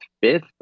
fifth